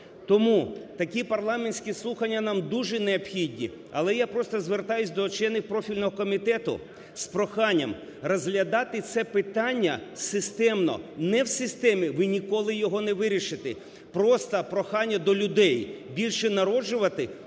Тому такі парламентські слухання нам дуже необхідні. Але я просто звертаюсь до членів профільного комітету з проханням розглядати це питання системно. Не в системі ви ніколи його не вирішите. Просто прохання до людей більше народжувати